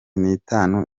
nitanu